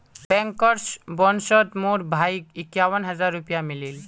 bankers बोनसोत मोर भाईक इक्यावन हज़ार रुपया मिलील